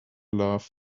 love